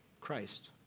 Christ